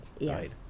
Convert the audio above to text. right